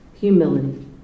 Humility